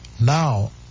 Now